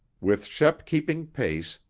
with shep keeping pace,